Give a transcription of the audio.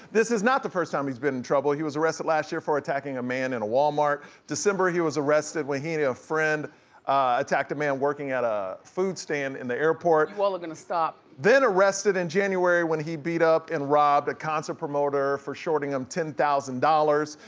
this is not the first time he's been in trouble, he was arrested last year for attacking a man in a walmart. december, he was arrested when he and a a friend attacked a man working at a food stand in the airport. you all are gonna stop. then arrested in january when he beat up and robbed a concert promoter for shorting him ten thousand dollars.